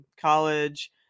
college